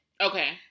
Okay